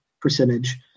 percentage